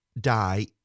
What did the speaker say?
die